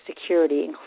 security